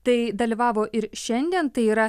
tai dalyvavo ir šiandien tai yra